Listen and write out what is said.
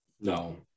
No